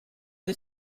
the